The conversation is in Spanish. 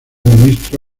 ministro